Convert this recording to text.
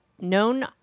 known